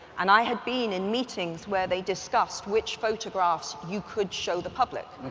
and i had been in meetings where they discussed which photographs you could show the public.